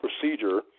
procedure